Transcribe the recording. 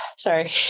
sorry